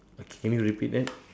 okay can you repeat that